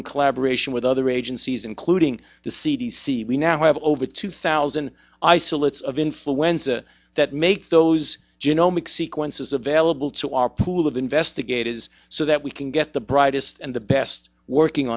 in collaboration with other agencies including the c d c we now have over two thousand isolates of influenza that make those genomic sequences available to our pool of invest the gate is so that we can get the brightest and the best working